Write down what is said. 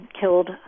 killed